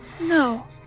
No